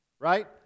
right